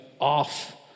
off